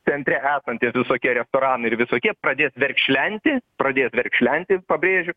centre esantys visokie restoranai ir visokie pradės verkšlenti pradės verkšlenti pabrėžiu